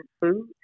food